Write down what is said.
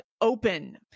Open